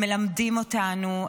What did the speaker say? הם מלמדים אותנו.